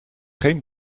geen